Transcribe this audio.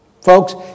Folks